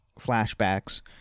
flashbacks